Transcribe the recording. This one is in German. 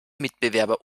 mitbewerber